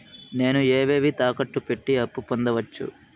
నేను ఏవేవి తాకట్టు పెట్టి అప్పు పొందవచ్చు?